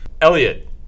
Elliot